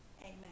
amen